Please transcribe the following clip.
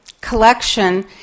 collection